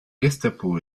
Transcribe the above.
gestapo